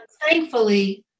thankfully